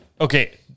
Okay